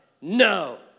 No